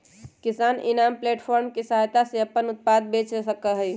किसान इनाम प्लेटफार्म के सहायता से अपन उत्पाद बेच सका हई